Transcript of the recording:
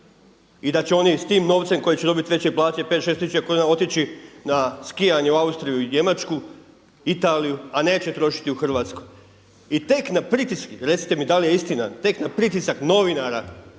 i da će oni s tim novcem koji će dobiti veće plaće 5, 6 tisuća kuna otići na skijanje u Austriju, Njemačku, Italiju a neće trošiti u Hrvatskoj. I tek na pritiske, recite mi da li je istina, tek na pritisak novinara